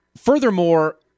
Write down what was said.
furthermore